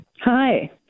Hi